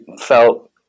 felt